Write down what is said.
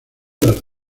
las